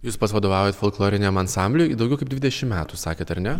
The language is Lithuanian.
jūs pats vadovaujat folkloriniam ansambliui daugiau kaip dvidešim metų sakėt ar ne